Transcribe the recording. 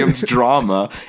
drama